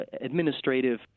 administrative